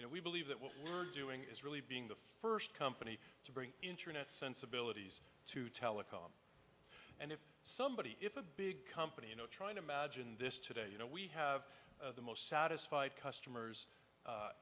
and we believe that what we're doing is really being the first company to bring internet sensibilities to telecom and if somebody if a big company you know trying to imagine this today you know we have the most satisfied customers